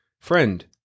Friend